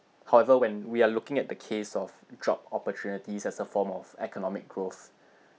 however when we are looking at the case of job opportunities as a form of economic growth